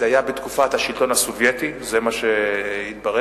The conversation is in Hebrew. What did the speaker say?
זה היה בתקופת השלטון הסובייטי, זה מה שהתברר,